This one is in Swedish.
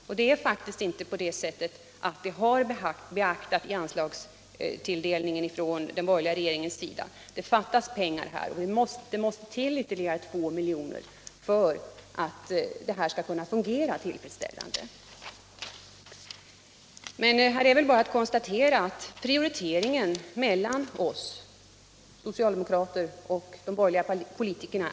Och faktum är att den saken inte har beaktats av den borgerliga regeringen vid anslagstilldelningen. Det fattas pengar. Det måste till ytterligare 2 milj.kr. för att det hela skall fungera tillfredsställande. Här är det väl bara att konstatera att prioriteringen är olika oss emellan, socialdemokrater och borgerliga politiker.